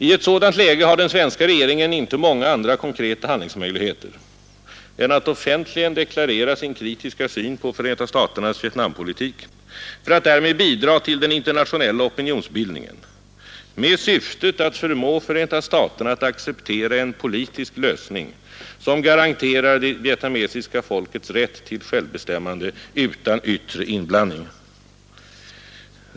I ett sådant läge har den svenska regeringen inte många andra konkreta handlingsmöjligheter än att offentligen deklarera sin kritiska syn på Förenta staternas Vietnampolitik för att därmed bidra till den internationella opinionsbildningen med syftet att förmå Förenta staterna att acceptera en politisk lösning som garanterar det vietnamesiska folkets rätt till självbestämmande utan yttre inblandning.